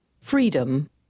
Freedom